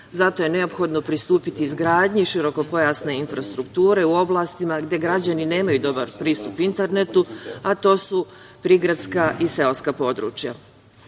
Zato je neophodno pristupiti izgradnji širokopojasne infrastrukture u oblastima gde građani nemaju dobar pristup internetu, a to su prigradska i seoska područja. Na